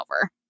over